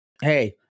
Hey